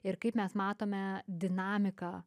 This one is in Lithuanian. ir kaip mes matome dinamiką